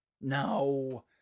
No